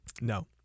No